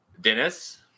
Dennis